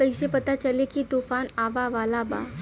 कइसे पता चली की तूफान आवा वाला बा?